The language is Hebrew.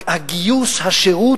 הגיוס, השירות,